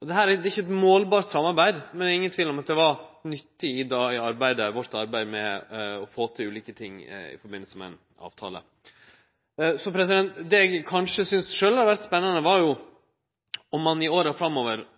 Dette er ikkje eit målbart samarbeid, men det er ingen tvil om at det var nyttig i arbeidet vårt med å få til ulike ting i samband med ei avtale. Det eg sjølv synest hadde vore spennande, var om ein i åra framover